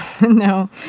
No